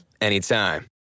anytime